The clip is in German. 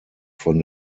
von